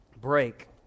break